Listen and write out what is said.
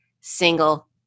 single